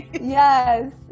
Yes